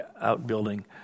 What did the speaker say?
outbuilding